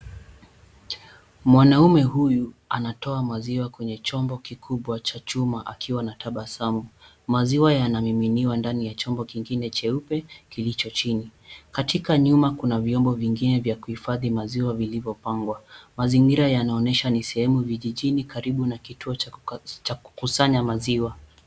Mwanaume huyu anatoa maziwa kwenye chombo kikubwa cha chuma akiwa anatabasamu. Maziwa yanamiminiwa ndani ya chombo kingine cheupe kilicho chini. Katika nyuma kuna vyombo vingine vya kuhifadhi maziwa vilivyopangwa. Mazingira yanaonyesha ni sehemu vijijini karibu na kituo cha kukusanya maziwa.